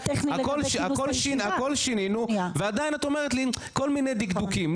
הכל שינינו ועדיין את אומרת לי כל מיני דקדוקים,